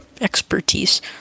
expertise